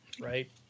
right